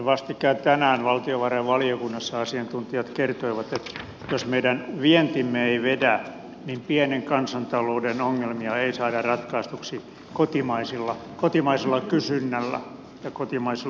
vastikään tänään valtiovarainvaliokunnassa asiantuntijat kertoivat että jos meidän vientimme ei vedä niin pienen kansantalouden ongelmia ei saada ratkaistuksi kotimaisella kysynnällä ja kotimaisilla markkinoilla